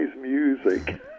music